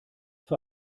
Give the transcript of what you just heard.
für